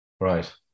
Right